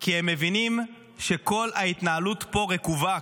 כי הם מבינים שכל ההתנהלות פה רקובה,